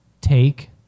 take